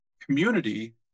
community